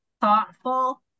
thoughtful